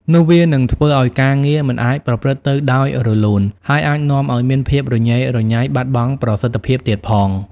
នោះវានឹងធ្វើឲ្យការងារមិនអាចប្រព្រឹត្តទៅដោយរលូន ហើយអាចនាំឲ្យមានភាពរញ៉េរញ៉ៃ បាត់បង់ប្រសិទ្ធភាពទៀតផង។